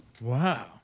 Wow